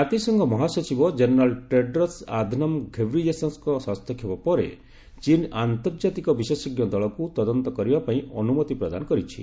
ଜାତିସଂଘ ମହାସଚିବ general Tedros Adhanom ଘେବ୍ରିୟେସସ୍ଙ୍କ ହସ୍ତକ୍ଷେପ ପରେ ଚୀନ୍ ଆନ୍ତର୍ଜାତିକ ବିଶେଷଜ୍ଞ ଦଳକୁ ତଦନ୍ତ କରିବା ପାଇଁ ଅନୁମତି ପ୍ରଦାନ କରିଛି